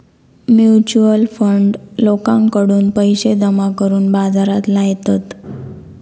mutual fund लोकांकडून पैशे जमा करून बाजारात लायतत